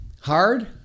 Hard